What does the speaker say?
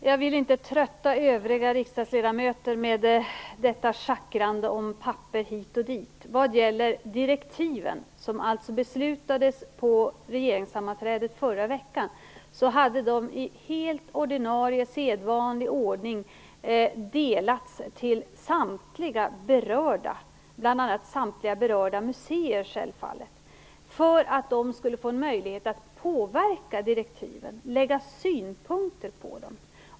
Herr talman! Jag vill inte trötta övriga riksdagsledamöter med detta schackrande om papper hit och dit. Vad gäller direktiven, som alltså beslutades på regeringssammanträdet förra veckan, hade de i ordinarie, sedvanlig ordning delats till samtliga berörda, självfallet däribland samtliga berörda museer, för att de skulle få en möjlighet att påverka direktiven och lägga synpunkter på dem.